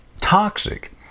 toxic